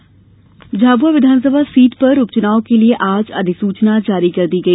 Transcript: झाब्आ उपचुनाव झाबुआ विधानसभा सीट पर उपचुनाव के लिये आज अधिसूचना जारी कर दी गई